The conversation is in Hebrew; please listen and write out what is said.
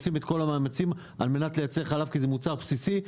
עושים את כל המאמצים על מנת לייצר חלב כ זה מוצר בסיסי.